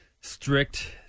strict